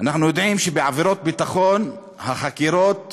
אנחנו יודעים שבעבירות ביטחון החקירות